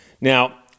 Now